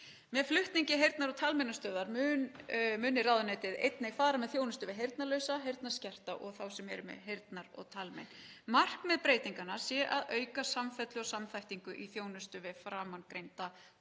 Með flutningi Heyrnar- og talmeinastöðvar mun ráðuneytið einnig fara með þjónustu við heyrnarlausa, heyrnarskerta og þá sem eru með heyrnar- og talmein. Markmið breytinganna er að auka samfellu og samþættingu í þjónustu við framangreinda hópa